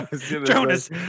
Jonas